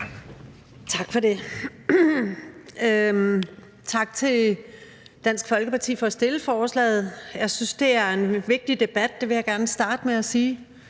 Tak for det. Tak til Dansk Folkeparti for at fremsætte forslaget. Jeg synes, at det er en vigtig debat. Det vil jeg gerne starte med at sige.